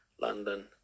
London